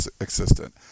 assistant